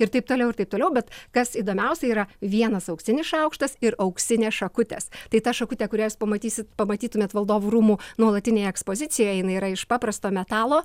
ir taip toliau ir taip toliau bet kas įdomiausia yra vienas auksinis šaukštas ir auksinės šakutės tai ta šakutė kurią jūs pamatysit pamatytumėt valdovų rūmų nuolatinėj ekspozicijoj jinai yra iš paprasto metalo